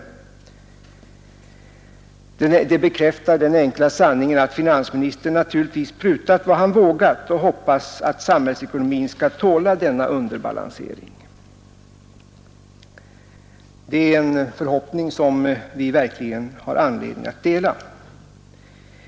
Detta bekräftar den enkla sanningen att finansministern naturligtvis prutat vad han vågat och hoppas att samhällsekonomin skall tåla denna underbalansering. Det är en förhoppning som vi verkligen har anledning att dela.